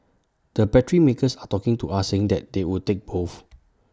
the battery makers are talking to us saying that they would take both